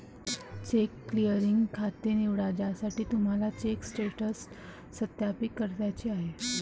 check clearing खाते निवडा ज्यासाठी तुम्हाला चेक स्टेटस सत्यापित करायचे आहे